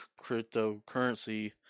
cryptocurrency